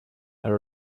and